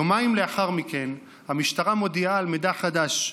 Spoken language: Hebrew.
יומיים לאחר מכן המשטרה מודיעה על מידע חדש.